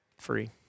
free